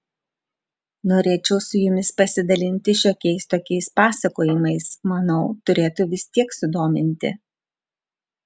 norėčiau su jumis pasidalinti šiokiais tokiais pasakojimais manau turėtų vis tiek sudominti